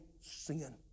sin